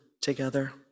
together